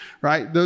right